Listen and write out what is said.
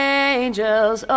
angels